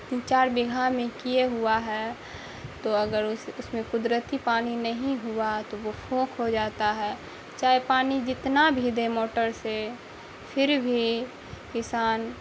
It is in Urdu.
تین چار بیگھہ میں کیے ہوا ہے تو اگر اس اس میں قدرتی پانی نہیں ہوا تو وہ فوک ہو جاتا ہے چاہے پانی جتنا بھی دے موٹر سے پھر بھی کسان